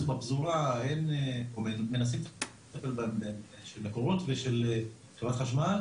בפזורה הן -- של מקורות ושל חברת חשמל,